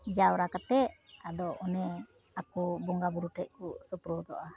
ᱡᱟᱣᱨᱟ ᱠᱟᱛᱮ ᱟᱫᱚ ᱚᱱᱮ ᱟᱠᱚ ᱵᱚᱸᱜᱟ ᱵᱳᱨᱳ ᱴᱮᱡ ᱠᱚ ᱥᱩᱯᱩ ᱨᱚᱫᱚᱜᱼᱟ